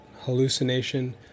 hallucination